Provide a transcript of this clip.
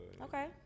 Okay